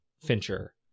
Fincher